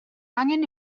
angen